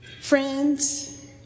Friends